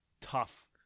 tough